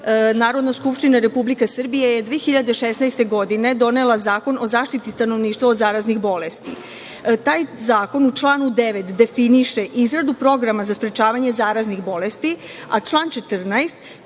skupština Republike Srbije je 2016. godine, donela Zakon o zaštiti stanovništva od zaraznih bolesti. Taj Zakon u članu 9. definiše izradu programa za sprečavanje zaraznih bolesti, a član 14.